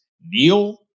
Neil